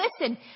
listen